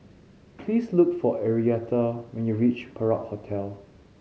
please look for Arietta when you reach Perak Hotel